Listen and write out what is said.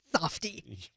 Softy